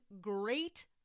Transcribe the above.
great